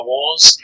Wars